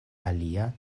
alia